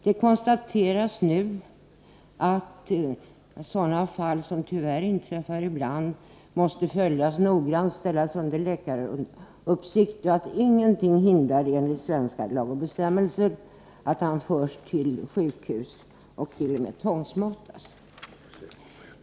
Det konstateras nu att sådana fall, som tyvärr inträffar ibland, måste följas noggrant och ställas under läkaruppsikt. Ingenting hindrar enligt svenska lagar och bestämmelser att han förs till sjukhus och t.o.m. tvångsmatas.